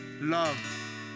Love